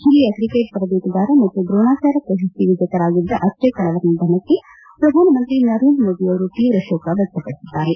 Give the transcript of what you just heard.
ಹಿರಿಯ ಕ್ರಿಕೆಟ್ ತರಬೇತುದಾರ ಮತ್ತು ದ್ರೋಣಾಚಾರ್ಯ ಪ್ರಶಸ್ತಿ ವಿಜೇತರಾಗಿದ್ದ ಅಚ್ರೇಕರ್ ಅವರ ನಿಧನಕ್ಕೆ ಪ್ರಧಾನಮಂತ್ರಿ ನರೇಂದ್ರ ಮೋದಿ ಅವರು ತೀವ್ರ ಶೋಕ ವ್ಯಕ್ತಪಡಿಸಿದ್ದಾರೆ